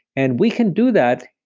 and we can do that,